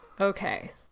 Okay